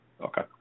Okay